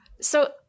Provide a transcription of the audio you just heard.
So-